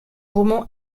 roman